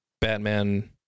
Batman